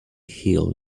hill